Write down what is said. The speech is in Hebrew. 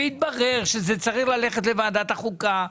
והתברר שזה צריך ללכת לוועדת החוקה.